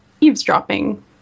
eavesdropping